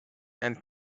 and